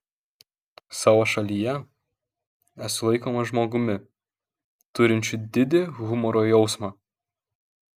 savo šalyje esu laikomas žmogumi turinčiu didį humoro jausmą